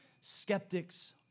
Skeptics